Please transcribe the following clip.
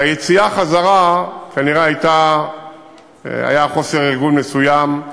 ביציאה חזרה היה חוסר ארגון מסוים,